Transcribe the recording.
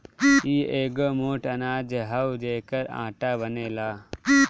इ एगो मोट अनाज हअ जेकर आटा बनेला